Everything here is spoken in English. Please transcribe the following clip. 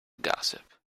gossip